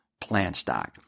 PlantStock